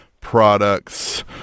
products